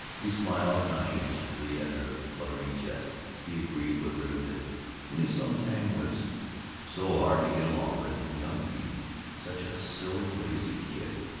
he smiled conscientiously at her fluttering jests he agreed with her that minnie sonntag was so hard to get along with, and young pete such a silly lazy kid,